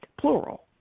plural